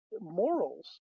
morals